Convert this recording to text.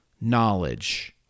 knowledge